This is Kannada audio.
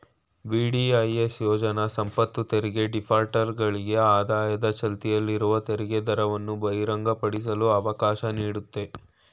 ವಿ.ಡಿ.ಐ.ಎಸ್ ಯೋಜ್ನ ಸಂಪತ್ತುತೆರಿಗೆ ಡಿಫಾಲ್ಟರ್ಗಳಿಗೆ ಆದಾಯ ಚಾಲ್ತಿಯಲ್ಲಿರುವ ತೆರಿಗೆದರವನ್ನು ಬಹಿರಂಗಪಡಿಸಲು ಅವಕಾಶ ನೀಡುತ್ತೆ